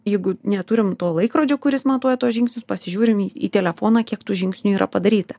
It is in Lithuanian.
jeigu neturim to laikrodžio kuris matuoja tuos žingsnius pasižiūrim į į telefoną kiek tų žingsnių yra padaryta